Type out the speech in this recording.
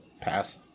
Pass